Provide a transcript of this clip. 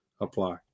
apply